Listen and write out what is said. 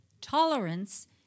Tolerance